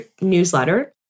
newsletter